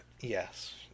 Yes